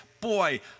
Boy